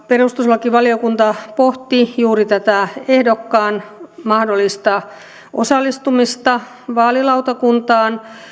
perustuslakivaliokunta pohti juuri tätä ehdokkaan mahdollista osallistumista vaalilautakuntaan